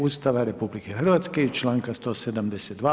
Ustava RH i članka 172.